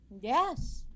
yes